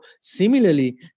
similarly